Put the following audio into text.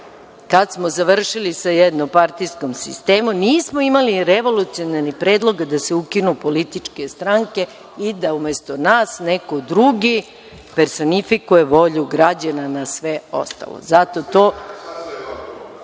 Kad smo završili sa jednopartijskim sistemom nismo imali revolucionarni predlog da se ukinu političke stranke i da umesto nas neko drugi personifikuje volju građana na sve ostalo. Ima